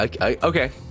Okay